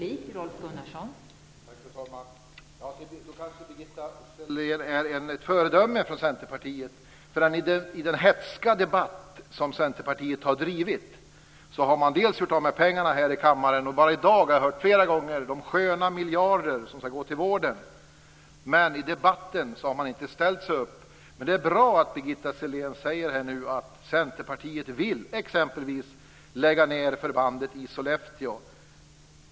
Fru talman! Då kanske Birgitta Sellén är ett föredöme för Centerpartiet. I den hätska debatt som Centerpartiet har drivit har man bl.a. gjort av med pengar här i kammaren. Bara i dag har jag hört flera gånger om de sköna miljarder som ska gå till vården. Men i debatten har man inte ställt sig upp och talat om hur det ska genomföras. Det är bra att Birgitta Sellén nu säger att Centerpartiet exempelvis vill lägga ned förbandet i Sollefteå.